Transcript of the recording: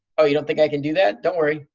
oh, you don't think i can do that. don't worry,